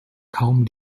kaum